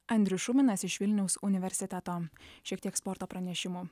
andrius šuminas iš vilniaus universiteto šiek tiek sporto pranešimų